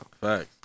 Facts